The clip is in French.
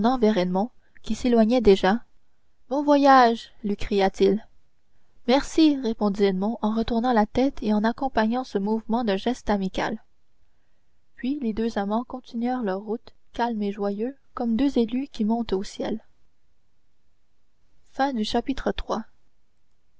qui s'éloignait déjà bon voyage lui cria-t-il merci répondit edmond en retournant la tête et en accompagnant ce mouvement d'un geste amical puis les deux amants continuèrent leur route calmes et joyeux comme deux élus qui montent au ciel